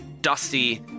dusty